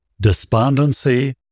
despondency